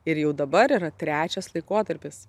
ir jau dabar yra trečias laikotarpis